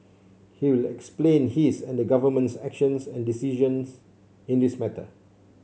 he will explain his and the Government's actions and decisions in this matter